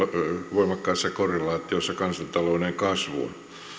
voimakkaassa korrelaatiossa kansantalouden kasvuun